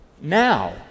now